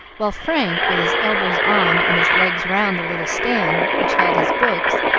while frank, with his elbows on and his legs round the little stand which held his books,